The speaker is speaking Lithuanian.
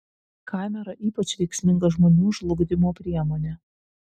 kamera ypač veiksminga žmonių žlugdymo priemonė